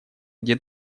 где